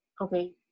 okay